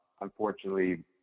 Unfortunately